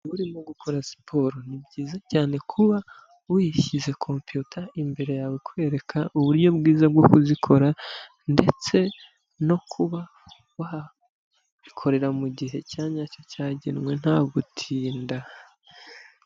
Urimo gukora siporo ni byiza cyane kuba wishyize compiyuta imbere yawe ikwereka uburyo bwiza bwo kuzikora ndetse no kuba wabikorera mu gihe cya nyacyo cyagenwe nta gutinda.